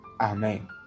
Amen